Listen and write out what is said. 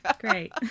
Great